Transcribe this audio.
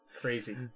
Crazy